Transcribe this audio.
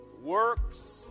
works